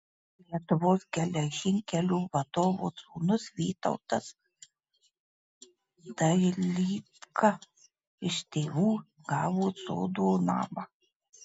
lietuvos geležinkelių vadovo sūnus vytautas dailydka iš tėvų gavo sodo namą